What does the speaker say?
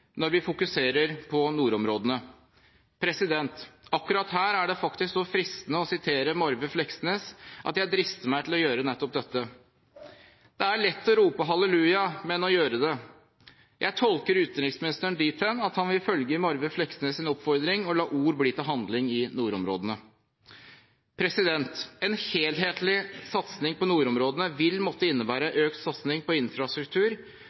når vi fokuserer på nordområdene. Akkurat her er det faktisk så fristende å sitere Marve Fleksnes at jeg drister meg til å gjøre nettopp dette: «Det er lett å rope halleluja, men å gjøre det.» Jeg tolker utenriksministeren dit hen at han vil følge Marve Fleksnes' oppfordring og la ord bli til handling i nordområdene. En helhetlig satsing på nordområdene vil måtte innebære økt satsing på infrastruktur,